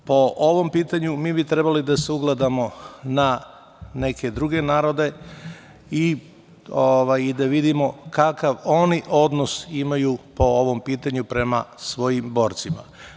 Po ovom pitanju mi bi trebali da se ugledamo na neke druge narode i da vidimo kakav oni odnos imaju po ovom pitanju prema svojim borcima.